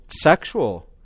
sexual